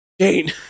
Jane